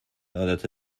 عادت